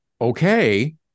okay